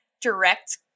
direct